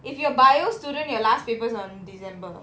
if you are biology student your last paper is on december